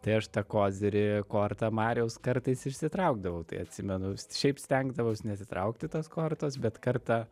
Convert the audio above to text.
tai aš tą kozirį kortą mariaus kartais išsitraukdavau tai atsimenu šiaip stengdavaus nesitraukti tos kortos bet kartą